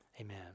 Amen